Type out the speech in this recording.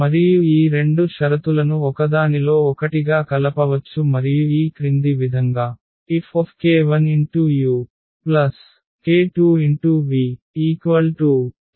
మరియు ఈ రెండు షరతులను ఒకదానిలో ఒకటిగా కలపవచ్చు మరియు ఈ క్రింది విధంగా Fk1uk2vk1Fuk2Fv